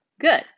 Good